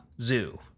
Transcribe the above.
zoo